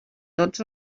tots